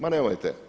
Ma nemojte.